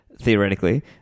theoretically